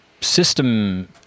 system